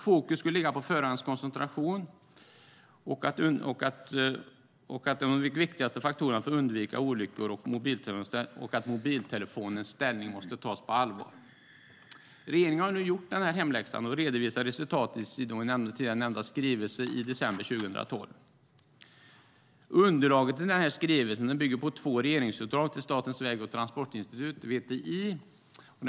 Fokus skulle ligga på att förarens koncentrationsförmåga är en av de viktigaste faktorerna för att undvika olyckor och vidare att mobiltelefonens ställning måste tas på allvar. Regeringen har nu gjort hemläxan och har redovisat resultatet i tidigare nämnda skrivelse i december 2012. Underlaget till skrivelsen bygger på två regeringsuppdrag till Statens väg och transportforskningsinstitut, VTI.